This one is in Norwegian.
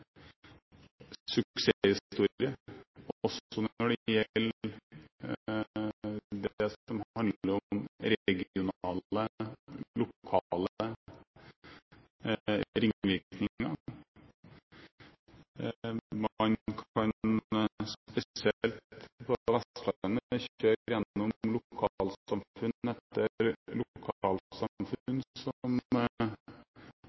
en fantastisk suksesshistorie, også når det gjelder det som handler om regionale, lokale ringvirkninger. Man kan, spesielt på Vestlandet, kjøre gjennom lokalsamfunn etter